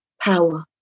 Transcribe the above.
power